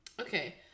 okay